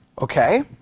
Okay